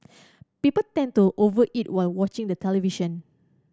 people tend to over eat while watching the television